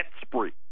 spree